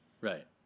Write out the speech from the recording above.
Right